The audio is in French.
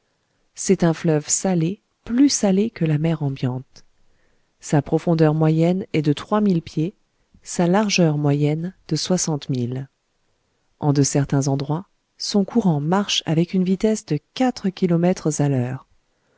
c'est un fleuve salé plus salé que la mer ambiante sa profondeur moyenne est de trois mille pieds sa largeur moyenne de soixante milles en de certains endroits son courant marche avec une vitesse de quatre kilomètres à l'heure